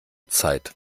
zeit